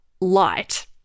light